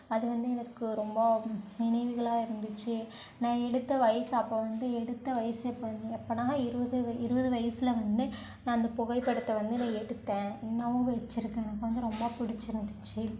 அது வந்து எனக்கு ரொம்ப நினைவுகளாக இருந்துச்சு நான் எடுத்த வயசு அப்போ வந்து எடுத்த வயசு எப்போ எப்போனா இருபது இருபது வயசில் வந்து நான் அந்த புகைப்படத்தை வந்து நான் எடுத்தேன் இன்னமும் வச்சிருக்கேன் எனக்கு வந்து ரொம்ப பிடிச்சிருந்துச்சி